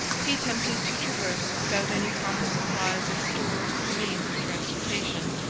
he attempted to traverse without any proper supplies of stores or means of transportation.